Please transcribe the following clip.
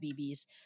bb's